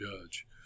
judge